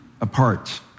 apart